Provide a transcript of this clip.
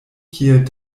kiel